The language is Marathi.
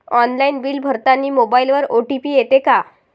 ऑनलाईन बिल भरतानी मोबाईलवर ओ.टी.पी येते का?